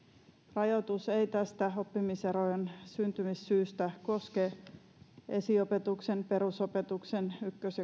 rajoitus ei tästä oppimiserojen syntymissyystä koske esiopetuksen perusopetuksen ykkös